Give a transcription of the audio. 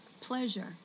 pleasure